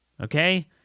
Okay